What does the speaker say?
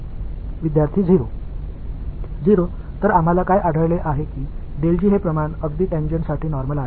எனவே நாம் கண்டறிந்த விஷயம் என்னவென்றால் இந்த இன் எண்ணிக்கை உண்மையில் இங்கே உள்ள டான்ஜென்ட்க்கு சாதாரணமானது